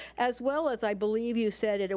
as well as, i believe you said, and